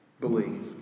believe